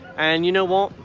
and you know what?